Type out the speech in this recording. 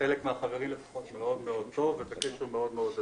חלק מהחברים מאוד מאוד טוב ובקשר מאוד מאוד הדוק.